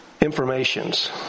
informations